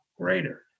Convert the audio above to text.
greater